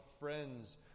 friends